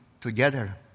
together